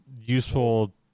useful